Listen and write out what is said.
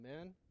Amen